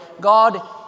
God